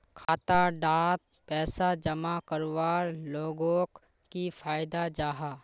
खाता डात पैसा जमा करवार लोगोक की फायदा जाहा?